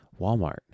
Walmart